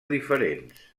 diferents